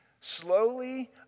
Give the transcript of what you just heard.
Slowly